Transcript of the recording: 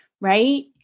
right